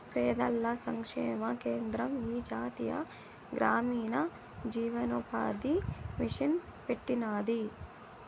పేదల సంక్షేమ కేంద్రం ఈ జాతీయ గ్రామీణ జీవనోపాది మిసన్ పెట్టినాది